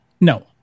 No